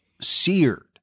seared